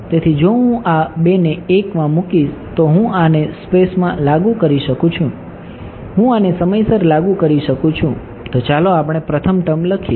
તેથી જો હું આ 2 ને 1 માં મુકીશ તો હું આને સ્પેસમાં લાગુ કરી શકું છું હું આને સમયસર લાગુ કરી શકું છું તો ચાલો આપણે પ્રથમ ટર્મ લખીએ